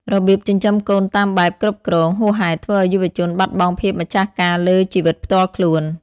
របៀបចិញ្ចឹមកូនតាមបែប "គ្រប់គ្រង" ហួសហេតុ ធ្វើឱ្យយុវជនបាត់បង់ភាពម្ចាស់ការលើជីវិតផ្ទាល់ខ្លួន។